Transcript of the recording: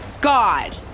God